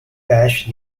bash